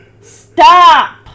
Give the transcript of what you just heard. Stop